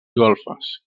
golfes